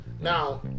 Now